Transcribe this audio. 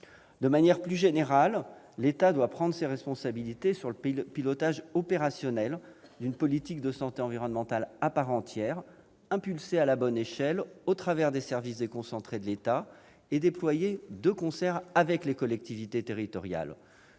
De manière plus générale, l'État doit prendre ses responsabilités sur le pilotage opérationnel d'une politique de santé environnementale à part entière, impulsée à la bonne échelle, au travers des services déconcentrés de l'État, et déployée de concert avec les collectivités territoriales.